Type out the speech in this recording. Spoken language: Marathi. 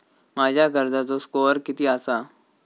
माझ्या कर्जाचो स्कोअर किती आसा?